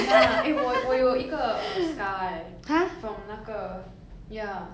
ya eh 我我有一个 uh scar eh from 那个 ya